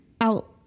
out